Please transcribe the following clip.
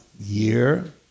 year